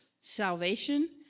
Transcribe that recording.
salvation